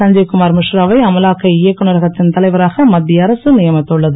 சஞ்சய் குமார் மிஷ்ராவை அமலாக்க இயக்குநரகத்தின் தலைவராக மத்திய அரக நியமித்துள்ளது